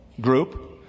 group